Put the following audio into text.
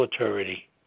authority